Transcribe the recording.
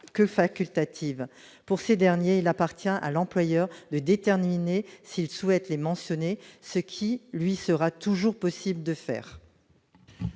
que facultative pour ces derniers, il appartient à l'employeur de déterminer s'il souhaite les mentionner ce qui lui sera toujours possible de faire.